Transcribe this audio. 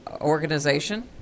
organization